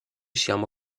siamo